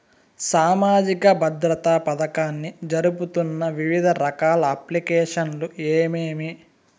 సామాజిక భద్రత పథకాన్ని జరుపుతున్న వివిధ రకాల అప్లికేషన్లు ఏమేమి?